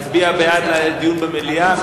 מצביע בעד דיון במליאה,